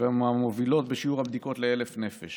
ומהמובילות בשיעור הבדיקות ל-1,000 נפש